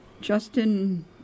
Justin